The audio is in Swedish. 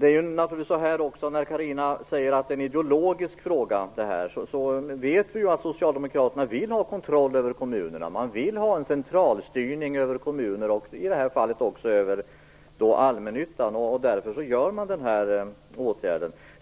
Carina Moberg säger att det här är en ideologisk fråga. Ja, vi vet att Socialdemokraterna vill ha kontroll över kommunerna. Man vill ha centralstyrning av kommunerna och i det här fallet också av allmännyttan. Därför vidtar man en sådan här åtgärd.